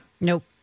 nope